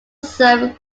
serve